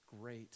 great